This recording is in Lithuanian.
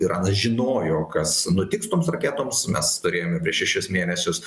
iranas žinojo kas nutiks toms raketoms mes turėjome prieš šešis mėnesius